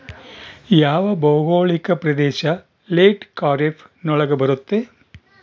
ಯಾವ ಭೌಗೋಳಿಕ ಪ್ರದೇಶ ಲೇಟ್ ಖಾರೇಫ್ ನೊಳಗ ಬರುತ್ತೆ?